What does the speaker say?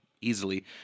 easily